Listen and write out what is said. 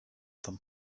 them